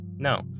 no